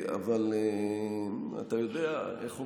אבל אתה יודע, איך אומרים,